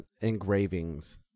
engravings